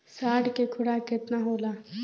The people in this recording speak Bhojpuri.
साढ़ के खुराक केतना होला?